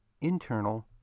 Internal